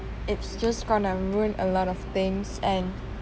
it's just gonna ruin a lot of things and